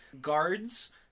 guards